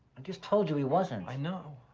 and just told you, he wasn't. i know.